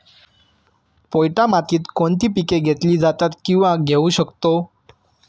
पोयटा मातीत कोणती पिके घेतली जातात, किंवा घेऊ शकतो?